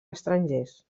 estrangers